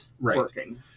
working